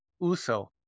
Uso